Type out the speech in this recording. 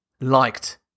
liked